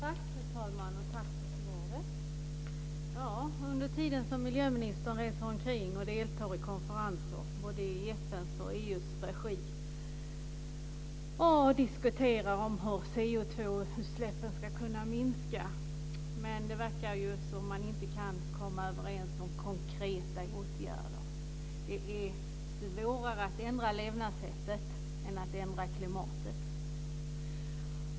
Fru talman! Tack för svaret. Miljöministern reser omkring och deltar i konferenser både i FN:s och i EU:s regi och diskuterar hur koldioxidutsläppen ska kunna minska. Men det verkar ju som om man inte kan komma överens om konkreta åtgärder. Det är svårare att ändra levnadssättet än att ändra klimatet.